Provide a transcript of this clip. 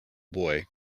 boy